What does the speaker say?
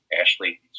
Ashley